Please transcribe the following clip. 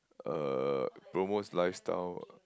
uh promotes lifestyle